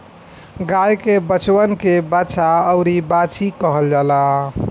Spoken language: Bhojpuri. गाय के बचवन के बाछा अउरी बाछी कहल जाला